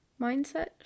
mindset